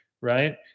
right